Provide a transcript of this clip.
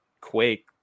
quake